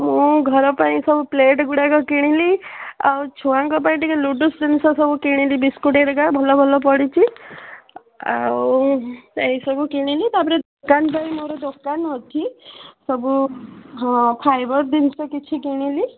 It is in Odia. ମୁଁ ଘର ପାଇଁ ସବୁ ପ୍ଲେଟ୍ଗୁଡ଼ାକ କିଣିଲି ଆଉ ଛୁଆଙ୍କ ପାଇଁ ଟିକେ ନୁଡ଼ୁଲ୍ସ ଜିନିଷ ସବୁ କିଣିଲି ବିସ୍କୁଟ୍ ହେରିକା ଭଲ ଭଲ ପଡ଼ିଛି ଆଉ ସେଇସବୁ କିଣିଲି ତାପରେ ଦୋକାନ ପାଇଁ ମୋର ଦୋକାନ ଅଛି ସବୁ ହଁ ଫାଇବର୍ ଜିନିଷ କିଛି କିଣିଲି